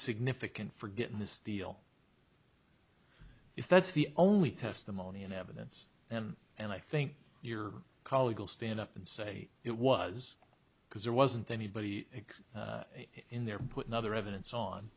significant for getting this deal if that's the only testimony in evidence and and i think your colleague will stand up and say it was because there wasn't anybody except in there putting other evidence on